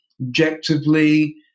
objectively